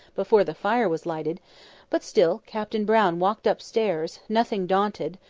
before the fire was lighted but still captain brown walked upstairs, nothing daunted,